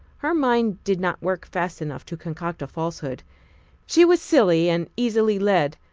her mind did not work fast enough to concoct a falsehood she was silly and easily led,